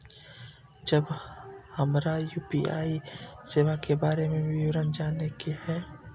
जब हमरा यू.पी.आई सेवा के बारे में विवरण जाने के हाय?